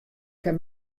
kin